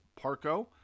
Parco